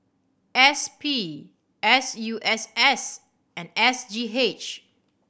S P S U S S and S G H